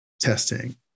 testing